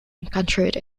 encountered